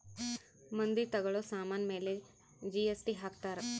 ಮಂದಿ ತಗೋಳೋ ಸಾಮನ್ ಮೇಲೆ ಜಿ.ಎಸ್.ಟಿ ಹಾಕ್ತಾರ್